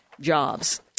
jobs